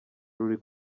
ruri